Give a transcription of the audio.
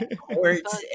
courts